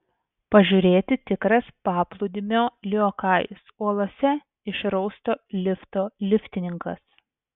pažiūrėti tikras paplūdimio liokajus uolose išrausto lifto liftininkas